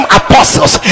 apostles